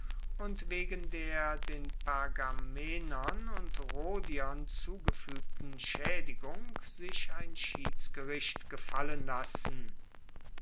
und wegen der den pergamenern und rhodiern zugefuegten schaedigung sich ein schiedsgericht gefallen lassen